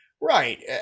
right